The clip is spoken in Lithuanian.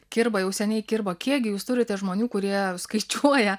kirba jau seniai kirba kiekgi jūs turite žmonių kurie skaičiuoja